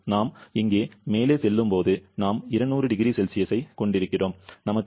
நாம் இங்கே மேலே செல்லும்போது நாம் 200 0C ஐக் கொண்டிருக்கிறோம் நமக்கு 0